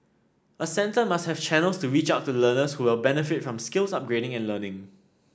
a centre must have channels to reach out to learners who will benefit from skills upgrading and learning